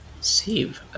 save